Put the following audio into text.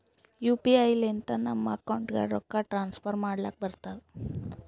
you P I ಲಿಂತ ನಮ್ ಅಕೌಂಟ್ಗ ರೊಕ್ಕಾ ಟ್ರಾನ್ಸ್ಫರ್ ಮಾಡ್ಲಕ್ ಬರ್ತುದ್